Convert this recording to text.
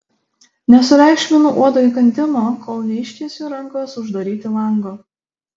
nesureikšminu uodo įkandimo kol neištiesiu rankos uždaryti lango